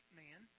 man